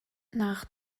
nach